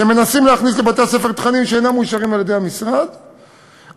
שמנסים להכניס לבתי-ספר תכנים שאינם מאושרים על-ידי משרד החינוך,